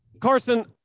Carson